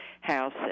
house